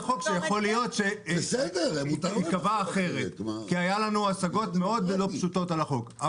החוק שיכול להיות שייקבע אחרת כי היו לנו השגות מאוד לא פשוטות על החוק.